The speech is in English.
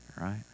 right